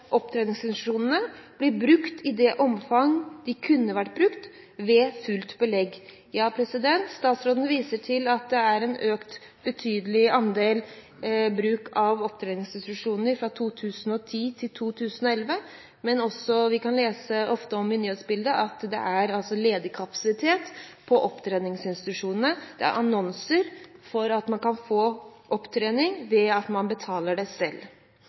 opptreningsinstitusjonene ikke blir brukt i det omfang de kunne vært brukt ved fullt belegg. Statsråden viser til at det er en betydelig økt andel i bruken av opptreningsinstitusjoner fra 2010 til 2011, men i nyhetsbildet kan vi ofte lese om at det er ledig kapasitet på opptreningsinstitusjonene. Det er annonser for at man kan få opptrening ved at man betaler det selv.